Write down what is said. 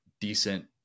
decent